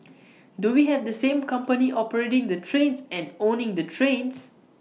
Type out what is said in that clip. do we have the same company operating the trains and owning the trains